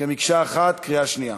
כמקשה אחת, בקריאה שנייה.